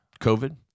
COVID